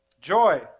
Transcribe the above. Joy